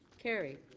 carried.